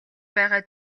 байгаа